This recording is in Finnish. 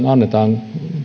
annetaan